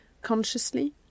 consciously